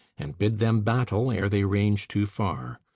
and bid them battle, ere they range too far.